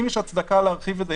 אם יש הצדקה להרחיב את זה,